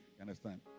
understand